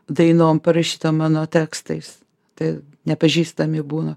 dainom parašytom mano tekstais tai nepažįstami būna